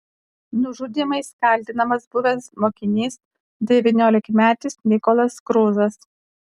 nužudymais kaltinamas buvęs mokinys devyniolikmetis nikolas kruzas